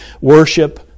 worship